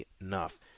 enough